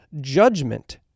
judgment